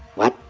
what.